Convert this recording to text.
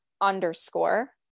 underscore